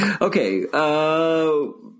Okay